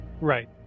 Right